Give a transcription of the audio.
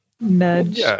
Nudge